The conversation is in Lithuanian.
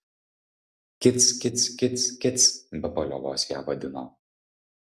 kic kic kic kic be paliovos ją vadino